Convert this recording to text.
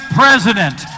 president